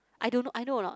I don't know I know or not